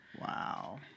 Wow